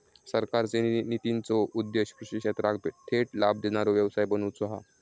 सरकारचे नितींचो उद्देश्य कृषि क्षेत्राक थेट लाभ देणारो व्यवसाय बनवुचा हा